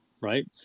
Right